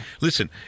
Listen